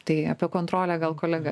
tai apie kontrolę gal kolega